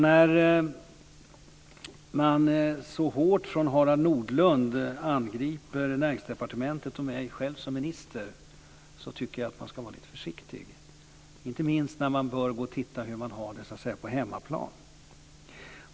När man så hårt från Harald Nordlunds sida angriper Näringsdepartementet och mig som minister tycker jag att man ska vara lite försiktig, inte minst när man bör titta på hur man har det på hemmaplan.